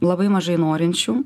labai mažai norinčių